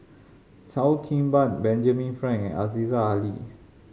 Cheo Kim Ban Benjamin Frank and Aziza Ali